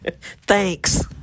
thanks